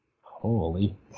Holy